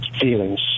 feelings